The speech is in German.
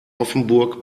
offenburg